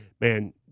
man